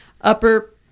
Upper